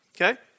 okay